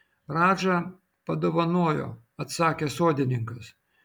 radža padovanojo atsakė sodininkas